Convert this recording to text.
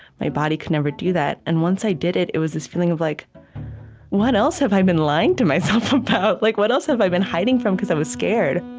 my body could never do that. and once i did it, it was this feeling of like what else have i been lying to myself about? like what else have i been hiding from because i was scared?